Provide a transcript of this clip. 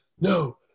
no